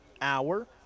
hour